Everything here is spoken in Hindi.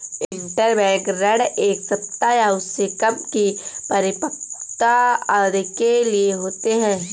इंटरबैंक ऋण एक सप्ताह या उससे कम की परिपक्वता अवधि के लिए होते हैं